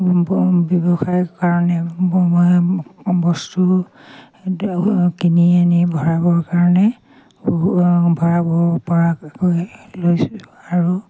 ব্যৱসায় কাৰণে মই বস্তু কিনি আনি ভৰাবৰ কাৰণে ভৰাব পৰাকৈ লৈছোঁ আৰু